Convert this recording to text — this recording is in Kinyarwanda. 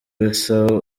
bisaba